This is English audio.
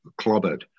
clobbered